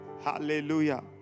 Hallelujah